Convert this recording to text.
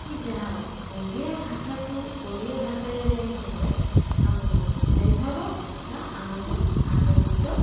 କି ଯାହା ହେଉ ଓଡ଼ିଆ ଭାଷାକୁ ଓଡ଼ିଆ ଭାଷାରେ ଯଦି ଆମେ ଶୁଣିବା ଆମକୁ ପ୍ରୋତ୍ସାହିତ ହେବ ବା ଆମକୁ ଆନନ୍ଦିତ